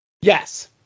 Yes